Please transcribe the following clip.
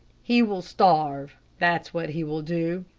he will starve, that's what he will do.